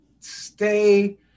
Stay